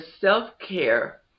self-care